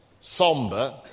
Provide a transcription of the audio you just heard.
somber